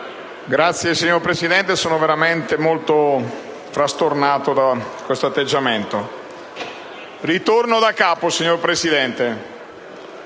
ringrazio, signor Presidente. Sono veramente molto frastornato da questo atteggiamento. Inizio da capo, signor Presidente,